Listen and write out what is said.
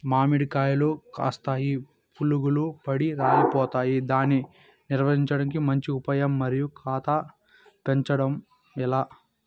మామిడి కాయలు కాస్తాయి పులుగులు పడి రాలిపోతాయి దాన్ని నివారించడానికి మంచి ఉపాయం మరియు కాత పెంచడము ఏలా?